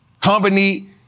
company